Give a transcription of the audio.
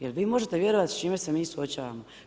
Jel' vi možete vjerovati s čime se mi suočavamo?